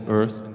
earth